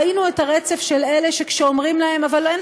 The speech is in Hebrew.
ראינו את הרצף של אלה שכשאומרים להם: אבל אין